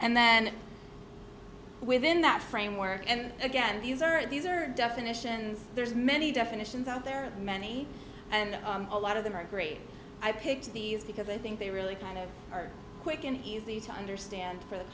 and then within that framework and again these are these are definitions there's many definitions out there many and a lot of them are great i picked these because i think they really kind of are quick and easy to understand for the